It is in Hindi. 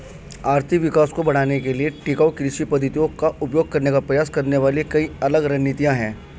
आर्थिक विकास को बढ़ाने के लिए टिकाऊ कृषि पद्धतियों का उपयोग करने का प्रयास करने वाली कई अलग रणनीतियां हैं